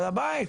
על הבית,